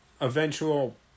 eventual